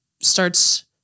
starts